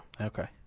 Okay